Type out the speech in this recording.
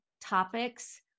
topics